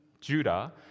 Judah